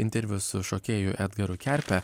interviu su šokėju edgaru kerpe